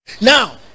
now